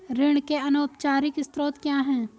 ऋण के अनौपचारिक स्रोत क्या हैं?